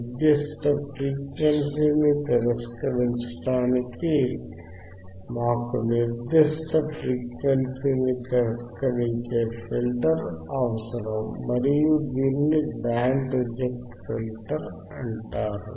నిర్దిష్ట ఫ్రీక్వెన్సీని తిరస్కరించడానికి మాకు నిర్దిష్ట ఫ్రీక్వెన్సీని తిరస్కరించే ఫిల్టర్ అవసరం మరియు దీనిని బ్యాండ్ రిజెక్ట్ ఫిల్టర్ అంటారు